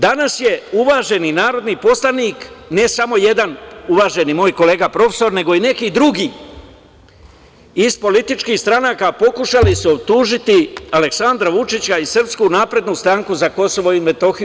Danas je uvaženi narodni poslanik, ne samo jedan uvaženi moj kolega profesor nego i neki drugi iz političkih stranaka, pokušali su optužiti Aleksandra Vučića i SNS za Kosovo i Metohiju.